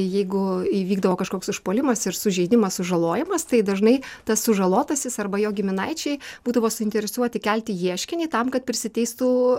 jeigu įvykdavo kažkoks užpuolimas ir sužeidimas sužalojimas tai dažnai tas sužalotasis arba jo giminaičiai būdavo suinteresuoti kelti ieškinį tam kad prisiteistų